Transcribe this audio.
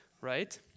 right